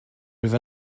rwyf